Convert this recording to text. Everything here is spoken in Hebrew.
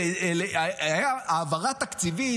הייתה העברה תקציבית,